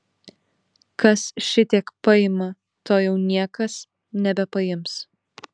kas šitiek paima to jau niekas nebepaims